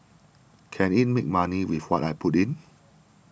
can it make money with what I put in